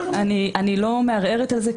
אני לא מערערת על זה,